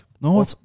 No